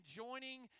joining